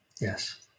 Yes